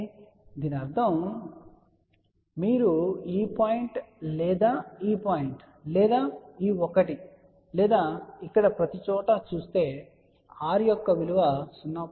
కాబట్టి దీని అర్థం మీరు ఈ పాయింట్ లేదా ఈ పాయింట్ లేదా ఈ ఒకటి లేదా ఇక్కడ ప్రతిచోటా చూస్తే R యొక్క విలువ 0